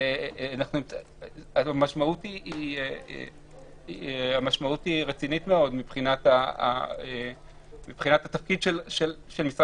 המשמעות היא רצינית מאוד מבחינת התפקיד של משרד